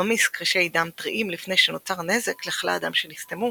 ממיס קרישי דם טריים לפני שנוצר נזק לכלי הדם שנסתמו,